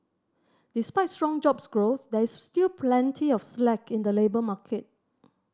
despite strong jobs growth there is still plenty of slack in the labour market